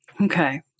Okay